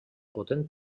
potent